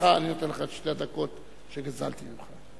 אני נותן לך את שתי הדקות שגזלתי ממך.